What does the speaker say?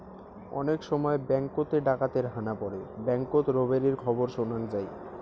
অনেক সময় ব্যাঙ্ককোত এ ডাকাতের হানা পড়ে ব্যাঙ্ককোত রোবেরির খবর শোনাং যাই